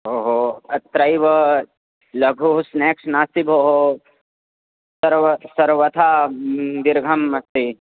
ओ हो अत्रैव लघु स्न्याक्स् नास्ति भोः सर्वे सर्वदाद दीर्घम् अस्ति